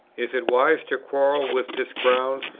is it wise to quarrel with this ground,